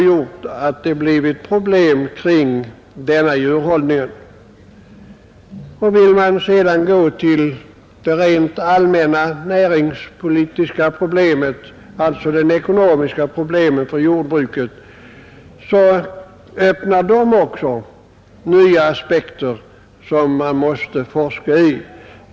Går man sedan över till det allmänna näringspolitiska läget, dvs. jordbrukets ekonomiska problem, finner man att också det öppnar aspekter som man måste forska i.